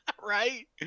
Right